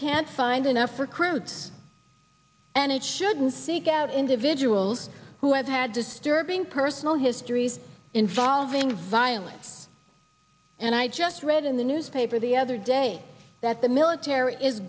can't find enough recruits and it shouldn't seek out individuals who have had disturbing personal histories involving violence and i just read in the newspaper the other day that the military is